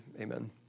amen